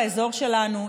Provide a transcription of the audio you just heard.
באזור שלנו,